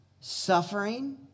suffering